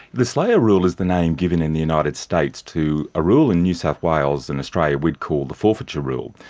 the slayer rule is the name given in the united states to a rule in new south wales and australia we would call the forfeiture rule.